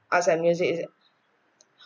arts and music is it